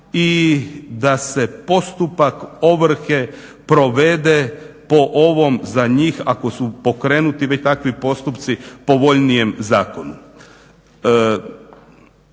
i da se postupak ovrhe provede po ovom za njih ako su pokrenuti već takvi postupci, povoljnijem zakonu.